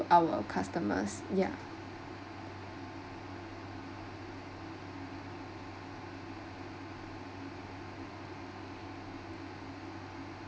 our customers yeah